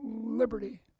liberty